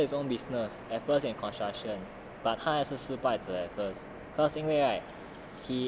ya but he started his own business and construction but 他也是失败者 as first cause 因为 right